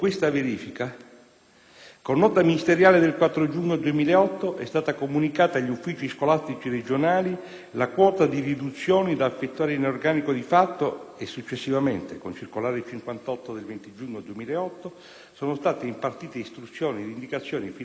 con nota ministeriale del 4 giugno 2008, è stata comunicata agli uffici scolastici regionali la quota di riduzioni da effettuare in organico di fatto e, successivamente, con circolare n. 58 del 20 giugno 2008, sono state impartite istruzioni ed indicazioni finalizzate